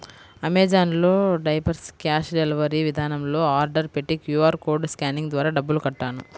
Amazon లో diapers cash delivery విధానంలో order పెట్టి క్యూ.ఆర్ కోడ్ స్కానింగ్ ద్వారా డబ్బులు కట్టాను